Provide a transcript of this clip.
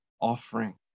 offering